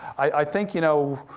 i think, you know,